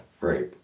right